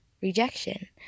rejection